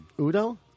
Udo